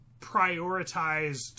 Prioritized